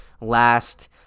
last